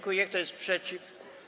Kto jest przeciw?